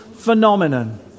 phenomenon